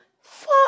fuck